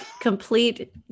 complete